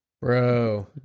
Bro